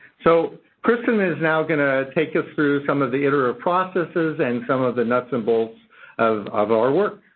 so, kristen is now going to take us through some of the iterative processes and some of the nuts and bolts of of our work.